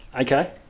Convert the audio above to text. Okay